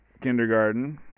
kindergarten